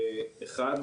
אחד,